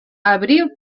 abril